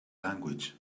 language